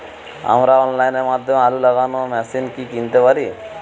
আমরা অনলাইনের মাধ্যমে আলু লাগানো মেশিন কি কিনতে পারি?